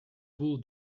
wool